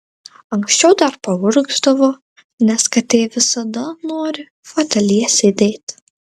anksčiau dar paurgzdavo nes katė visada nori fotelyje sėdėti